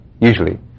Usually